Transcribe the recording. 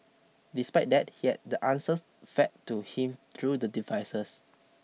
despite that he had the answers fed to him through the devices